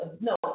no